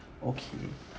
okay